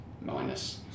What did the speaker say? minus